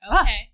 Okay